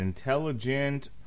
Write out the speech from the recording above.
Intelligent